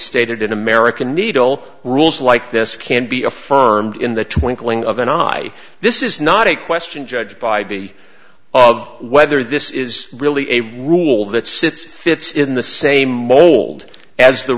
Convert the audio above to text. stated in a american needle rules like this can be affirmed in the twinkling of an eye this is not a question judge bybee of whether this is really a rule that sits fits in the same mold as the